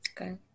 Okay